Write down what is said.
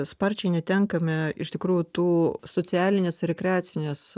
sparčiai netenkame iš tikrųjų tų socialinės ir rekreacinės